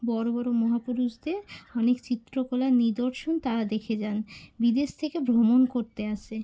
বড় বড় মহাপুরুষদের অনেক চিত্রকলার নিদর্শন তারা দেখে যান বিদেশ থেকে ভ্রমণ করতে আসে